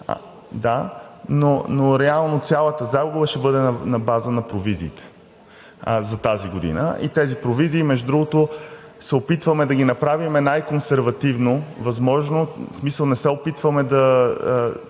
да, но реално цялата загуба ще бъде на база на провизиите за тази година и тези провизии, между другото, се опитваме да ги направим най-консервативно възможно. В смисъл искаме най